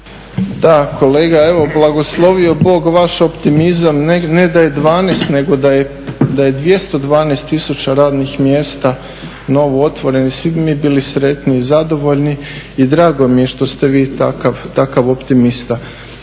Da kolega, evo blagoslovio Bog vaš optimizam. Ne da je 12, nego da je 212000 radnih mjesta novo otvorenih, svi bi mi bili sretni i zadovoljni. I drago mi je što ste vi takav optimista.